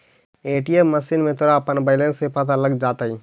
ATM machine में तोरा अपना बैलन्स भी पता लग जाटतइ